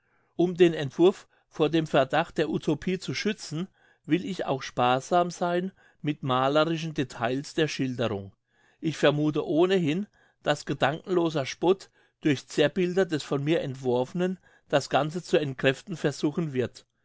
um den entwurf vor dem verdacht der utopie zu schützen will ich auch sparsam sein mit malerischen details der schilderung ich vermuthe ohnehin dass gedankenloser spott durch zerrbilder des von mir entworfenen das ganze zu entkräften versuchen wird